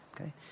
Okay